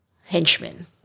henchmen